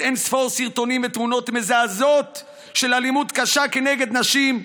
אין-ספור סרטונים ותמונות מזעזעות של אלימות קשה כנגד נשים,